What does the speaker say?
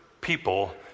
people